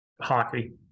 hockey